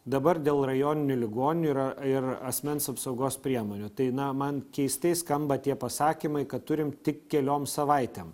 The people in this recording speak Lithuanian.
dabar dėl rajoninių ligoninių yra ir asmens apsaugos priemonių tai na man keistai skamba tie pasakymai kad turim tik keliom savaitėm